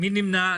מי נמנע?